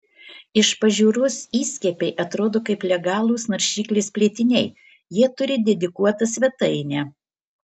iš pažiūros įskiepiai atrodo kaip legalūs naršyklės plėtiniai jie turi dedikuotą svetainę